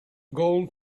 gold